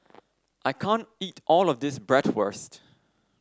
I can't eat all of this Bratwurst